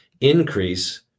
increase